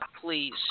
please